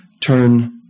Turn